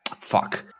fuck